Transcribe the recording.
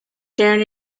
turn